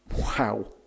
Wow